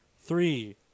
three